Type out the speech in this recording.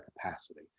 capacity